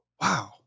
wow